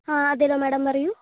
ആ അതെയല്ലോ മേഡം പറയൂ